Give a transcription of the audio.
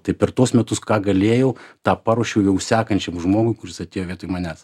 tai per tuos metus ką galėjau tą paruošiau jau sekančiam žmogui kuris atėjo vietoj manęs